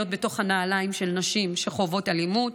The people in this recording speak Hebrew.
להיות בתוך הנעליים של נשים שחוות אלימות.